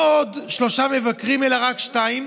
לא עוד שלושה מבקרים אלא רק שניים,